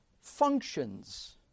functions